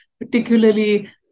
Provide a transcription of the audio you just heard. Particularly